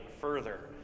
further